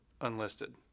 unlisted